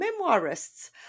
memoirists